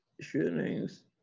shootings